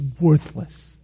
worthless